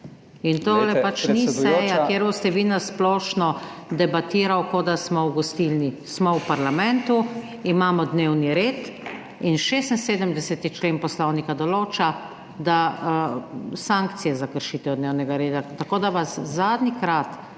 …in tole pač ni seja, kjer boste vi na splošno debatiral, kot da smo v gostilni. Smo v parlamentu, imamo dnevni red in 76. člen Poslovnika določa, da sankcije za kršitev dnevnega reda. Tako da vas zadnjikrat